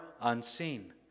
unseen